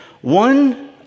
one